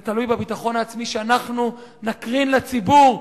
זה תלוי בביטחון העצמי שאנחנו נקרין לציבור,